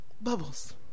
bubbles